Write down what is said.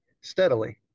steadily